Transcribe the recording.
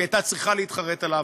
היא הייתה צריכה להתחרט עליו.